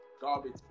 Garbage